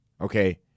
Okay